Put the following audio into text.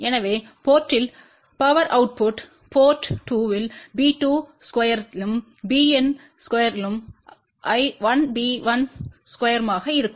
எனவே போர்ட்த்தில் power output port 2 b2ஸ்கொயர்த்திலும் bN ஸ்கொயர்த்திலும்1b1ஸ்கொயர்மாக இருக்கும்